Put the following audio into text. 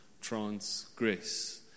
transgress